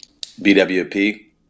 BWP